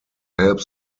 help